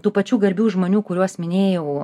tų pačių garbių žmonių kuriuos minėjau